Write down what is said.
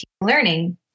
learning